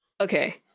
okay